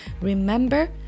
remember